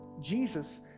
Jesus